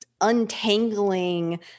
untangling